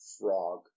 frog